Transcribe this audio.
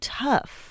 tough